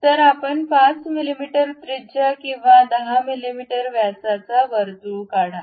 तर आपण 5 मिमी त्रिज्या किंवा 10 मिमी व्यासाचा वर्तुळ काढा